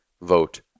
vote